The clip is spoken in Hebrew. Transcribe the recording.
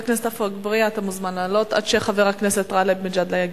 אתה מוזמן לעלות עד שחבר הכנסת גאלב מג'אדלה יגיע.